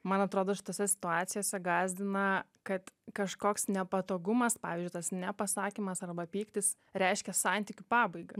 man atrodo šitose situacijose gąsdina kad kažkoks nepatogumas pavyzdžiui tas ne pasakymas arba pyktis reiškia santykių pabaigą